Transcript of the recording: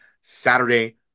Saturday